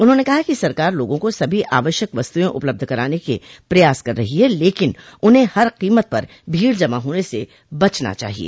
उन्होंने कहा कि सरकार लोगों को सभी आवश्यक वस्तुएं उपलब्ध कराने के प्रयास कर रही है लेकिन उन्हें हर कीमत पर भीड़ जमा होने से बचना चाहिए